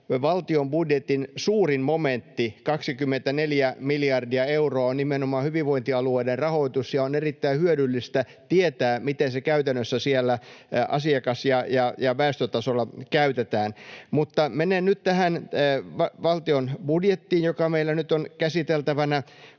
valtion budjetin suurin momentti, 24 miljardia euroa, on nimenomaan hyvinvointialueiden rahoitus ja on erittäin hyödyllistä tietää, miten se käytännössä siellä asiakas- ja väestötasolla käytetään. Mutta menen nyt tähän valtion budjettiin, joka meillä nyt on käsiteltävänä.